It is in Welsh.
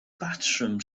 batrwm